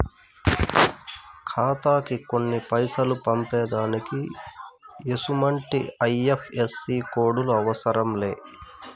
ఖాతాకి కొన్ని పైసలు పంపేదానికి ఎసుమంటి ఐ.ఎఫ్.ఎస్.సి కోడులు అవసరం లే